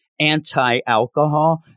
anti-alcohol